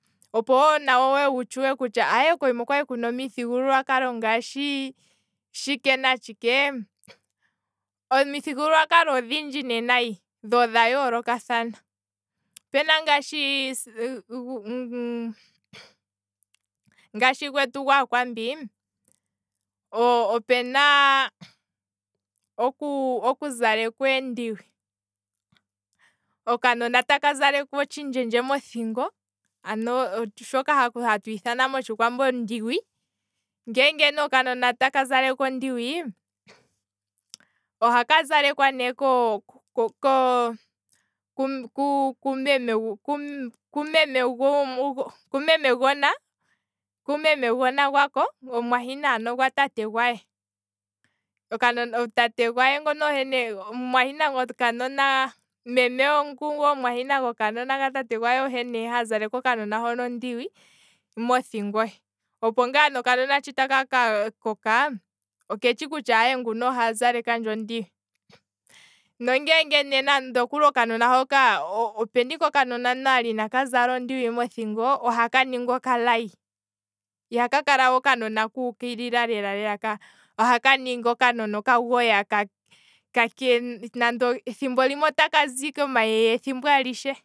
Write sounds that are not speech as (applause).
Opo wo nawo wu tshuwe kutya kooma okwali omuthigululwakalo ngaashi tshike natshike, omithigululwa kalo odhindji nayi dho odha yoolokathana, opuna ngaashi (hesitation) ngaashi gwetu gwaakwambi, opuna opuna ngaashi okuza lekwa eendiwi, okanona taka zalekwa otshi ndjendje mothingo, ano shoka hatu ithana motshikwambi ''ondiwi'' ngeenge ne okanona otaka zalekwa ondiwi, ohaka zalekwa ne koo- koo- kuuu kuuu kumemegona gwako, omu mwayina ano gwa tate gwe, meme ngu omumwayina gwa tate ngono goka nona ohe ne hazaleke okanona hono ondiwi mothingo, opo ngaa nokanona sho taka ka koka, oketshi lela kutya nguka ohe azaleka ndje ondiwi, nongele opuna ike okanona ndele inaka zalekwa ondiwi mothingo ohaka ningi okalayi, ihaka kala okanona kuukilila lela ka, ohaka ningi okanona oka goya nande thimbo limwe otaka zi ike omayeye ethimbo alishe